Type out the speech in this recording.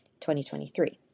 2023